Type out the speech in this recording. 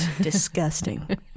Disgusting